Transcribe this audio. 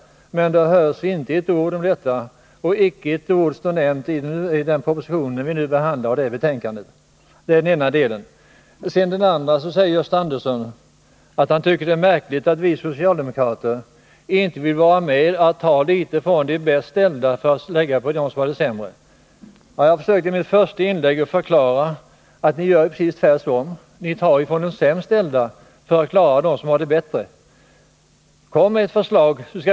Men det hörs inte ett ord om detta, och det nämns inte med ett enda ord i den proposition vi nu behandlar eller i utskottsbetänkandet. Vidare säger Gösta Andersson att han tycker att det är märkligt att vi socialdemokrater inte vill vara med om att ta litet från de bäst ställda för att ge till dem som har det sämre. Jag försökte i mitt första inlägg förklara att ni gör precis tvärtom. Ni tar från de sämst ställda för att klara dem som har det bättre.